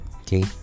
Okay